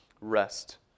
Rest